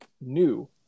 new